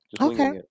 Okay